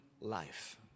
life